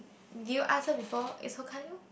do you answer before is Hokkaido